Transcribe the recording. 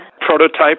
prototype